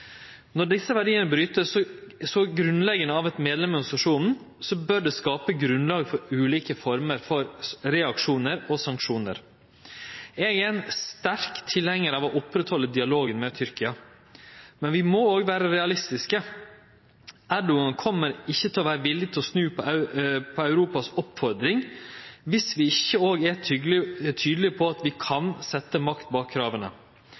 Når desse verdiane vert brotne så grunnleggjande av ein medlem i organisasjonen, bør det skape grunnlag for ulike former for reaksjonar og sanksjonar. Eg er sterkt tilhengjar av å oppretthalde dialogen med Tyrkia, men vi må òg vere realistiske. Erdogan kjem ikkje til å vere villig til å snu på oppfordring frå Europa viss vi ikkje òg er tydelege på at vi kan setje makt bak